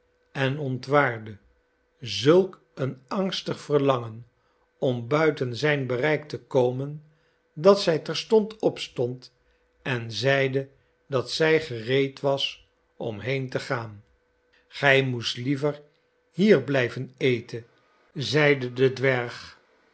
en ontwaarde zulk een angstig verlangen om buiten zijn bereik te komen dat zij terstond opstond en zeide dat zij gereed was om heen te gaan gij moest lie ver hier blijven eten zeide de dwerg